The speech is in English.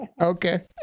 Okay